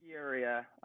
area